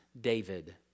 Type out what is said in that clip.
David